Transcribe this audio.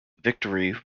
victory